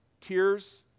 tears